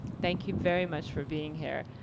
thank you very much for being here.